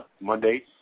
Monday